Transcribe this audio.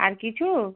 আর কিছু